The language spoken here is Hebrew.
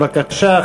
בבקשה,